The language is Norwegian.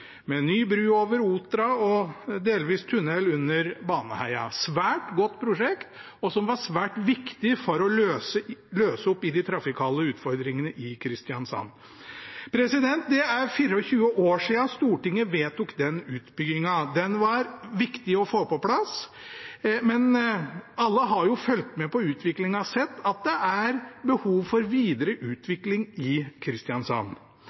med ny bru over Otra og delvis tunnel under Baneheia. Det var et svært godt prosjekt, som var svært viktig for å løse opp i de trafikale utfordringene i Kristiansand. Det er 24 år siden Stortinget vedtok den utbyggingen. Den var viktig å få på plass, men alle har jo fulgt med på utviklingen og sett at det er behov for videre utvikling i Kristiansand.